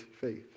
faith